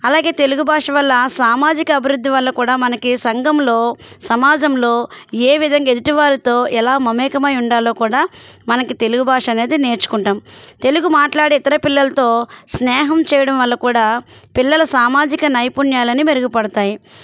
అలాగే తెలుగు భాష వల్ల సామాజిక అభివృద్ధి వల్ల కూడా మనకి సంఘంలో సమాజంలో ఏ విధంగా ఎదుటివారితో ఎలా మమేకమై ఉండాలో కూడా మనకి తెలుగు భాష అనేది నేర్చుకుంటాం తెలుగు మాట్లాడే ఇతర పిల్లలతో స్నేహం చేయడం వల్ల కూడా పిల్లలు సామాజిక నైపుణ్యాలని మెరుగుపడుతాయి